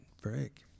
break